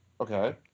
Okay